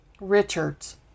Richards